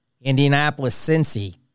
Indianapolis-Cincy